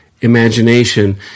imagination